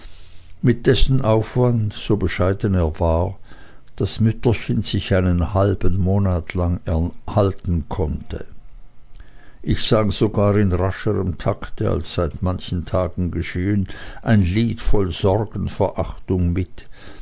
mit dessen aufwand so bescheiden er war das mütterchen sich einen halben monat lang erhalten konnte ich sang sogar in rascherm takte als seit manchen tagen geschehen ein lied voll sorgenverachtung wie